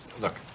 look